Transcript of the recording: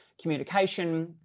communication